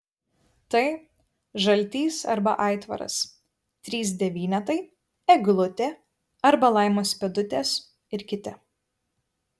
tai žaltys arba aitvaras trys devynetai eglutė arba laimos pėdutės ir kiti